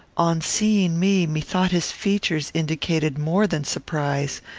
on seeing me, methought his features indicated more than surprise.